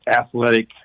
athletic